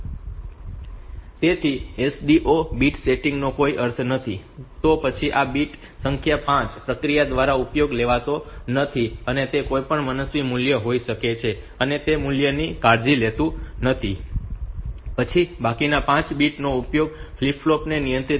તેથી આ SDO bit setting નો કોઈ અર્થ નથી તો પછી આ બીટ સંખ્યા 5 આ પ્રક્રિયા દ્વારા ઉપયોગમાં લેવાતો નથી અને તે કોઈપણ મનસ્વી મૂલ્ય હોઈ શકે છે અને તે મૂલ્યની કાળજી લેતું નથી પછી બાકીના 5 બિટ્સ નો ઉપયોગ ફ્લિપ ફ્લોપ ને નિયંત્રિત કરવા માટે થાય છે